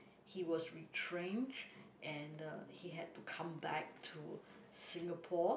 he was retrenched and uh he had to come back to Singapore